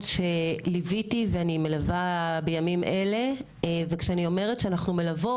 שליוויתי ואני מלווה בימים אלה וכשאני אומרת שאנחנו מלוות,